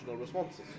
responses